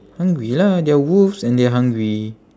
hungry lah they're wolves and they're hungry